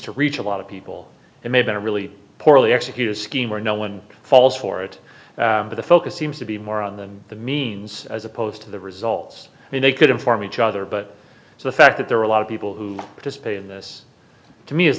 to reach a lot of people and made it a really poorly executed scheme where no one falls for it but the focus seems to be more on than the means as opposed to the results and they could inform each other but so the fact that there are a lot of people who participate in this to me is